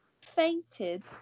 fainted